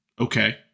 Okay